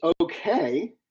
okay